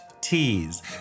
teas